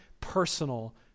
personal